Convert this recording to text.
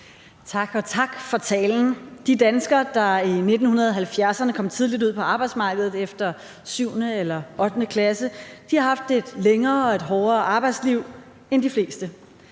Tak. Og tak for talen. De danskere, der i 1970'erne kom tidligt ud på arbejdsmarkedet efter 7. eller 8. klasse, har haft et længere og hårdere arbejdsliv end de fleste.